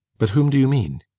but whom do you mean?